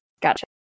Gotcha